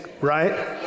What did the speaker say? right